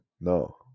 No